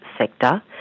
sector